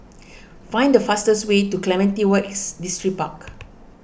find the fastest way to Clementi West Distripark